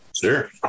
Sure